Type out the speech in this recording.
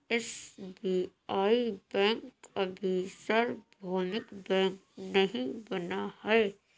SBI bank अभी सार्वभौमिक bank नहीं बना है